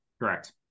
correct